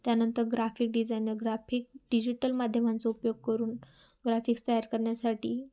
त्यानंतर graphic designer graphic digital माध्यमांचा उपयोग करून ग्राफिक्स तयार करण्यासाठी